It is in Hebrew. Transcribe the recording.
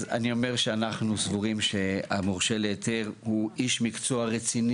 שאנחנו סבורים שהמורשה להיתר הוא איש מקצוע רציני